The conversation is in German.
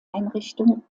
einrichtung